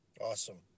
Awesome